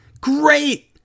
Great